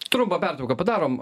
trumpą pertrauką padarom